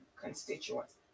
constituents